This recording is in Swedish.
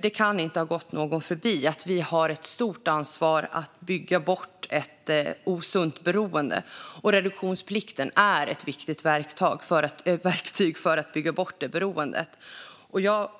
Det kan inte ha gått någon förbi att vi har ett stort ansvar att bygga bort ett osunt beroende, och reduktionsplikten är ett viktigt verktyg för att bygga bort beroendet. Jag